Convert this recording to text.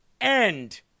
end